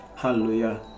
Hallelujah